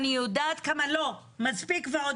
מספיק ועוד